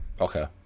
Okay